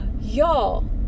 y'all